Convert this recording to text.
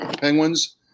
Penguins